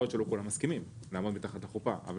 יכול להיות שלא כולם מסכימים לעמוד מתחת לחופה אבל